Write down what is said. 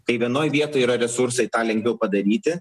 kai vienoj vietoj yra resursai tą lengviau padaryti